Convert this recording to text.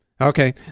Okay